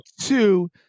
Two